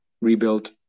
rebuilt